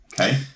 okay